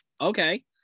okay